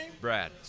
Brad